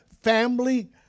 family